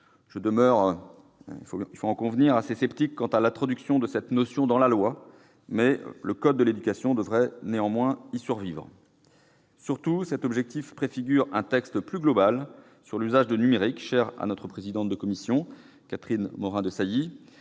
Je demeure assez sceptique quant à l'introduction de cette notion dans la loi, mais le code de l'éducation devrait néanmoins y survivre ! Surtout, l'introduction de cet objectif préfigure un texte plus global sur l'usage du numérique, texte cher à notre présidente de commission, Catherine Morin-Desailly,